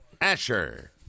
Asher